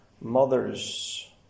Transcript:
mothers